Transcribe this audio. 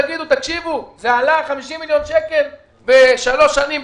תגידו שזה עלה 50 מיליון שקלים בשלוש שנים,